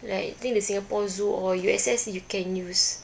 like I think like the singapore zoo or U_S_S you can use